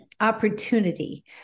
opportunity